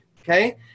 okay